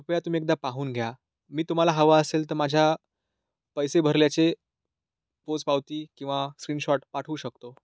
कृपया तुम्ही एकदा पाहून घ्या मी तुम्हाला हवा असेल तर माझ्या पैसे भरल्याचे पोच पावती किंवा स्क्रीन शॉट पाठवू शकतो